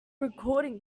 recording